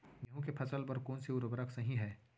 गेहूँ के फसल के बर कोन से उर्वरक सही है?